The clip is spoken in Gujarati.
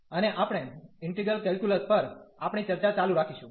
અને આપણે ઇન્ટિગલ કેલ્ક્યુલસ પર આપણી ચર્ચા ચાલુ રાખીશું